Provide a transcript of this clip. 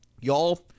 Y'all